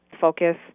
focus